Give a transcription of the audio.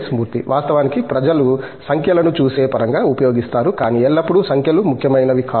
మూర్తి వాస్తవానికి ప్రజలు సంఖ్యలను చూసే పరంగా ఉపయోగిస్తారు కానీ ఎల్లప్పుడూ సంఖ్యలు ముఖ్యమైనవి కావు